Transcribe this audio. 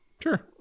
sure